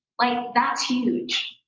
like that's huge.